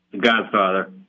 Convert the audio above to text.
Godfather